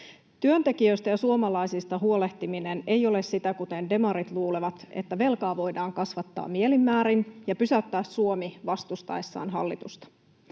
Työntekijöistä ja suomalaisista huolehtiminen ei ole sitä, kuten demarit luulevat, että velkaa voidaan kasvattaa mielin määrin ja pysäyttää Suomi vastustettaessa hallitusta.